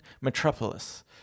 Metropolis